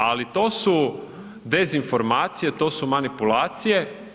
Ali to su dezinformacije, to su manipulacije.